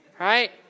Right